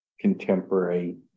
contemporary